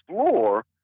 explore